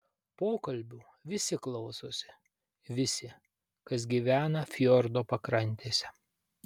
pokalbių visi klausosi visi kas gyvena fjordo pakrantėse